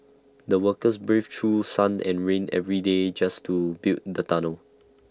the workers braved through sun and rain every day just to build the tunnel